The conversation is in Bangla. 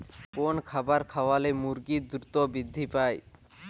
কোন খাবার খাওয়ালে মুরগি দ্রুত বৃদ্ধি পায়?